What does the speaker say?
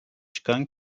çıkan